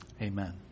amen